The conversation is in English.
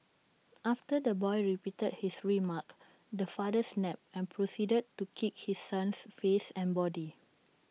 after the boy repeated his remark the father snapped and proceeded to kick his son's face and body